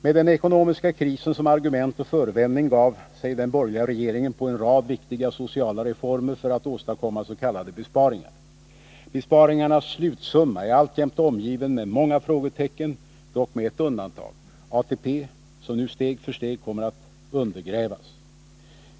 Med den ekonomiska krisen som argument och förevändning gav sig den borgerliga regeringen på en rad viktiga sociala reformer för att åstadkomma s.k. besparingar. Besparingarnas slutsumma är alltjämt omgiven med många frågetecken, dock med ett undantag — ATP, som nu steg för steg kommer att undergrävas.